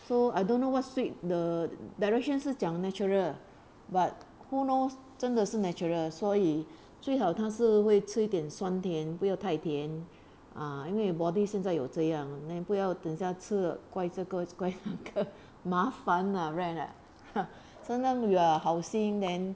so I don't know what sweet the direction 是讲 natural but who knows 真的是 natural 所以最好他是会吃一点酸甜不要太甜 啊因为 body 现在有这样那不要等下吃了怪这个怪那个 麻烦 ah right right 哈 sometime we are 好心 then